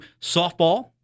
softball